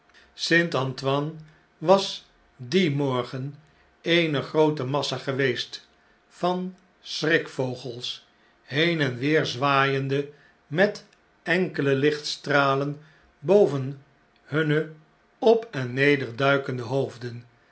antoine was dien morgen eene groote massa geweest van schrikvogels heen en weer zwaaiende met enkele liehtstralen boven hunne op en neder duikende hoofden